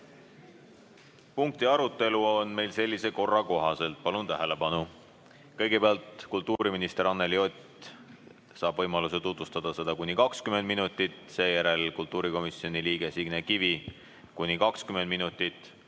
punkti arutelu toimub sellise korra kohaselt. Palun tähelepanu! Kõigepealt saab kultuuriminister Anneli Ott võimaluse tutvustada seda kuni 20 minutit, seejärel kultuurikomisjoni liige Signe Kivi kuni 20 minutit.